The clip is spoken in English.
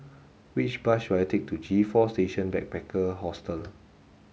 which bus should I take to G four Station Backpacker Hostel